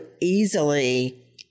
easily